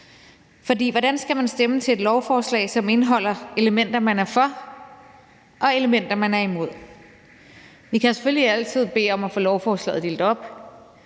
hvordan skal man stemme til et lovforslag, som indeholder elementer, man er for, og elementer, man er imod? Vi kan selvfølgelig altid bede om at få lovforslaget delt op;